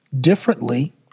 differently